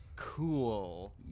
Cool